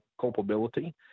culpability